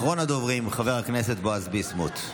אחרון הדוברים, חבר הכנסת בועז ביסמוט.